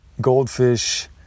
goldfish